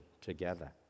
together